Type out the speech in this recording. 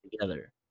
together